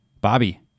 Bobby